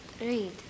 read